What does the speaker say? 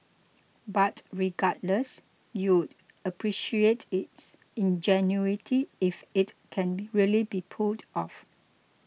but regardless you'd appreciate its ingenuity if it can really be pulled off